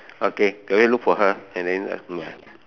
okay go and look for her and then ya